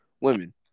women